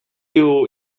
eel